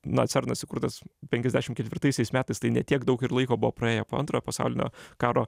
na cernas įkurtas penkiasdešim ketvirtaisiais metais tai ne tiek daug ir laiko buvo praėję po antrojo pasaulinio karo